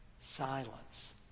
silence